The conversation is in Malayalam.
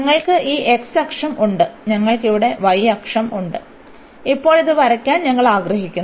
ഞങ്ങൾക്ക് ഈ x അക്ഷം ഉണ്ട് ഞങ്ങൾക്ക് അവിടെ y അക്ഷം ഉണ്ട് ഇപ്പോൾ ഇത് വരയ്ക്കാൻ ഞങ്ങൾ ആഗ്രഹിക്കുന്നു